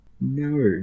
No